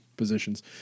positions